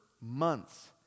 months